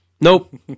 Nope